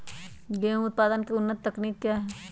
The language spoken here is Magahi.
गेंहू उत्पादन की उन्नत तकनीक क्या है?